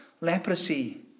leprosy